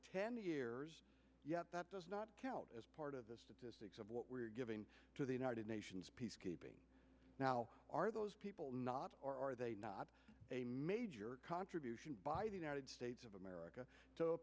ten years yet that does not count as part of the statistics of what we are giving to the united nations peacekeeping now are those people not or are they not a major contribution by the united states of america